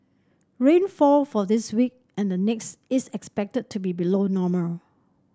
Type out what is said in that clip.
rainfall for this week and the next is expected to be below normal